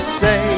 say